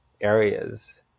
areas